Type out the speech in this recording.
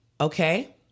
Okay